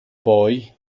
poi